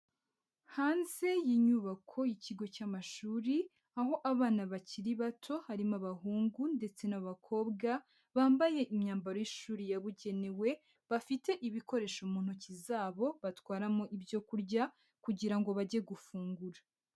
Hanze y'inyubakoikigo cy'amashuri, aho abana bakiri bato harimo abahungu ndetse n'abakobwa, bambaye imyambaro y'ishuri yabugenewe, bafite ibikoresho mu ntoki zabo batwaramo ibyo kurya kugira ngo bajye gufungura.